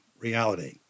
reality